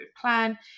plan